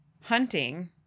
hunting